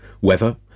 weather